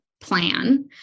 plan